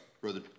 Brother